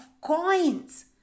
coins